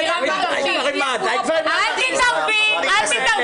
אל תתערבי.